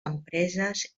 empreses